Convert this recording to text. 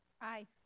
Aye